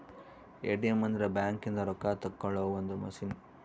ATM ಅಂದ್ರ bank ಇಂದ ರೊಕ್ಕ ತೆಕ್ಕೊಳೊ ಒಂದ್ ಮಸಿನ್